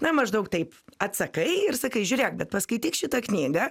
na maždaug taip atsakai ir sakai žiūrėk bet paskaityk šitą knygą